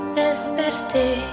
desperté